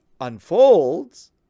unfolds